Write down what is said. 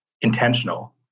intentional